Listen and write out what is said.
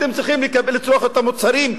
אתם צריכים לצרוך את המוצרים,